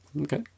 Okay